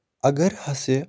اَگر ہَس یہِ